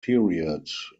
period